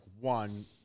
one